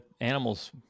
animals